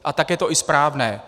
A tak je to i správné.